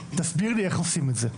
תסביר לי איך עושים את זה,